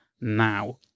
now